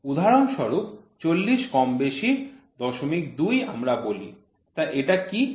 উদাহরণস্বরূপ ৪০ কমবেশি ০২ আমরা বলি তা এটা কি